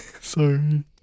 Sorry